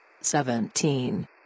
seventeen